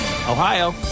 Ohio